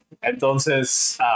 Entonces